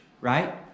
right